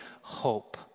hope